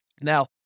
Now